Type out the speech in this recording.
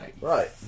Right